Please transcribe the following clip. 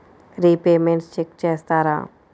Repayments check చేస్తారా?